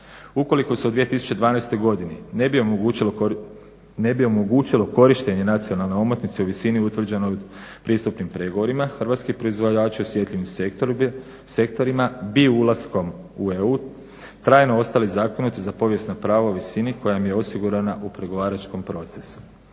Ukoliko se u 2012. godini ne bi omogućilo korištenje nacionalne omotnice u visini utvrđenoj pristupnim pregovorima hrvatski proizvođači u osjetljivim sektorima bi ulaskom u EU trajno ostali zakinuti za povijesno pravo u visini koja im je osigurana u pregovaračkom procesu.